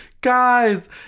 Guys